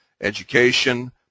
education